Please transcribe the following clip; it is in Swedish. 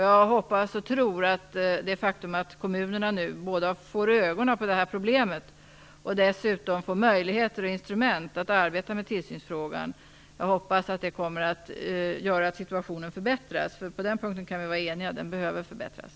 Jag hoppas och tror att det faktum att kommunerna både får upp ögonen för det här problemet och får möjligheter och instrument att arbeta med tillsynsfrågan kommer att göra att situationen förbättras. På den punkten kan vi vara eniga: den behöver förbättras.